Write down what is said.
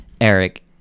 Eric